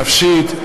נפשית,